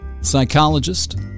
psychologist